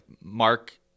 mark